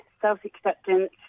self-acceptance